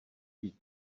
být